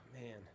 man